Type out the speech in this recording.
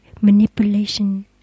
manipulation